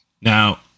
now